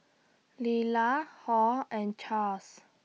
Lila Hall and Charles